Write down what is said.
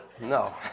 No